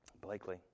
Blakely